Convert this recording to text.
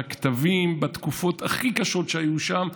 כמה פעמים בישיבות מועצה וראיתי שם את הקטבים בתקופות הכי קשות שהיו שם.